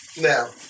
Now